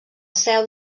seu